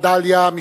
דליה,